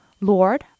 Lord